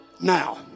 now